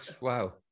Wow